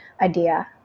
idea